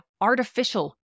artificial